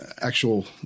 actual